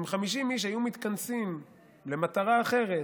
אם 50 איש היו מתכנסים למטרה אחרת,